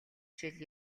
шил